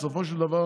בסופו של דבר